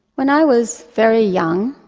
when i was very young,